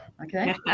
Okay